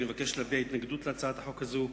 אני מבקש להביע התנגדות להצעת החוק הזאת.